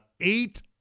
eight